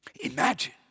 Imagine